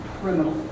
criminal